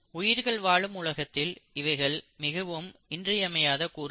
உயிர்கள் வாழும் உலகத்தில் இவைகள் மிகவும் இன்றியமையாத கூறுகள்